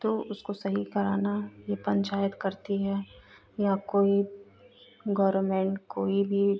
तो उसको सही कराना यह पंचायत करती है या कोई गवर्नमेन्ट कोई भी